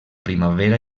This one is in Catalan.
primavera